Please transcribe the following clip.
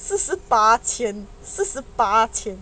四十八千四十八千